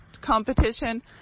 competition